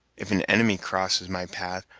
if an enemy crosses my path,